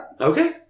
Okay